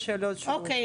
יש שאלות --- אוקיי,